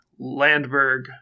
landberg